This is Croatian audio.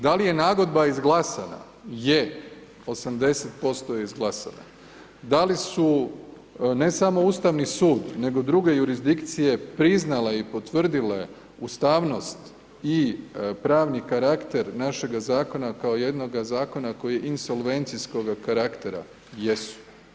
Da li je nagodba izglasana, je, 80% je izglasana, da li su ne samo Ustavni sud nego druge jurisdikcije priznale i potvrdile ustavnost i pravni karakter našega zakona kao jednoga zakona, koji je insolvencijskoga karaktera, jesu.